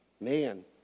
Man